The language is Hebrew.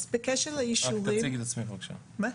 שמי